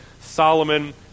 Solomon